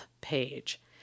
page